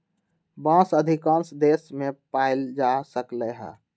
बांस अधिकांश देश मे पाएल जा सकलई ह